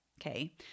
Okay